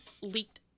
leaked